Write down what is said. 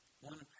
One